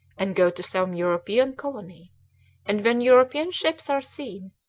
and go to some european colony and, when european ships are seen,